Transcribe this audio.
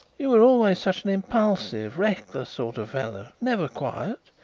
you were always such an impulsive, reckless sort of fellow never quiet.